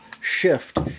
shift